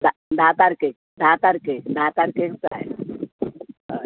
धा तारकेक धा तारकेर धा तारकेर जाय हय